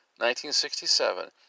1967